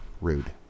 Rude